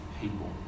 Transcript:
people